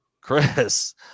Chris